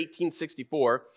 1864